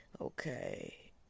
Okay